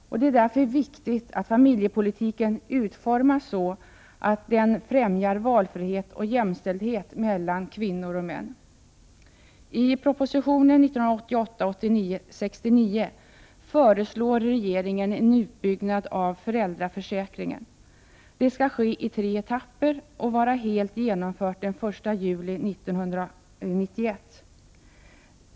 Därför är det viktigt att familjepolitiken utformas så, att den främjar valfrihet och jämställdhet mellan kvinnor och män. I proposition 1988/89:69 föreslår regeringen en utbyggnad av föräldraförsäkringen. Den skall ske i tre etapper och vara helt genomförd den 1 juli 1991.